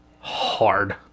Hard